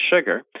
sugar